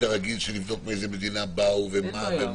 הרגיל של לבדוק מאיזו מדינה באו וכדומה.